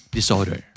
Disorder